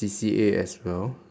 C_C_A as well